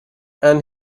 and